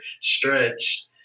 stretched